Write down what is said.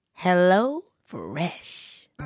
HelloFresh